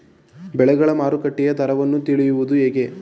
ಬೆಳೆಗಳ ಮಾರುಕಟ್ಟೆಯ ದರವನ್ನು ತಿಳಿಯುವುದು ಹೇಗೆ?